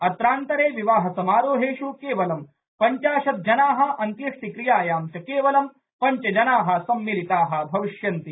अत्रांतरे विवाह समारोहेष् केवलं पंचाशत् जना अंत्येष्टि क्रियायां च केवलं पंचजना सम्मिलिता भविष्यन्ति